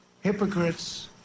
hypocrites